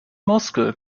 muskel